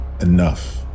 enough